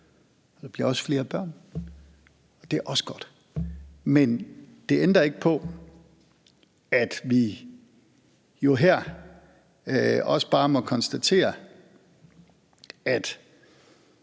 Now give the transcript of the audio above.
der bliver også flere børn, og det er også godt. Men det ændrer ikke på, at vi jo her også bare må konstatere, at